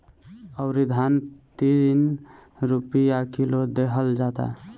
अउरी धान तीन रुपिया किलो देहल जाता